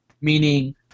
meaning –